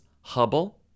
hubble